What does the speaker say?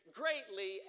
greatly